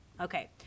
Okay